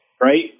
right